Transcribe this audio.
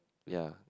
ya